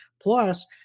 Plus